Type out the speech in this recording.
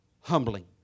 humbling